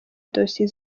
dosiye